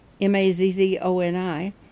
M-A-Z-Z-O-N-I